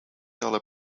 dollar